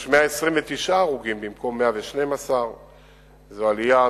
יש 129 הרוגים במקום 112. זו עלייה,